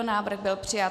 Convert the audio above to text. Návrh byl přijat.